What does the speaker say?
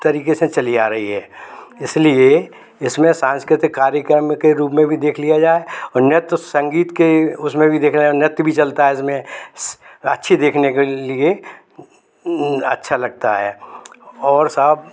तरीके से चली आ रही है इसलिए इसमें सांस्कृतिक कार्यक्रम के रूप में भी देख लिया जाए और नृत्य संगीत के उसमें भी देखना नृत्य भी चलता है इसमें अच्छी देखने के लिए अच्छा लगता है और सब